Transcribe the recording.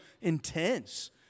intense